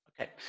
Okay